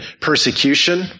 persecution